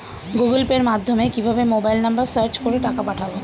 Google পের মাধ্যমে কিভাবে মোবাইল নাম্বার সার্চ করে টাকা পাঠাবো?